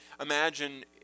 imagine